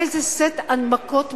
איזה סט הנמקות מכובד.